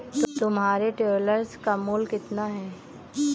तुम्हारे travellers cheque का मूल्य कितना है?